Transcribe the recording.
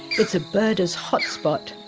it's a birder's hotspot.